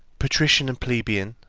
patrician and plebeian,